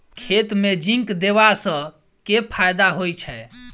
खेत मे जिंक देबा सँ केँ फायदा होइ छैय?